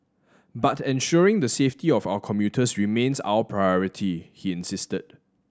but ensuring the safety of our commuters remains our priority he insisted